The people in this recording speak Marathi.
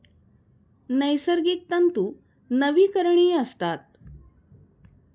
नैसर्गिक तंतू नवीकरणीय असतात